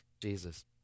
Jesus